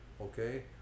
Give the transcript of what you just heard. okay